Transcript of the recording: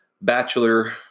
bachelor